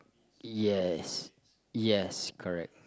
yes yes correct